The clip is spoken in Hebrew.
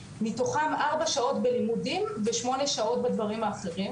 מתוכם ארבע שעות בלימודים ושמונה שעות בדברים האחרים,